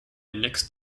next